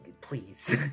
please